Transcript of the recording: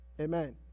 Amen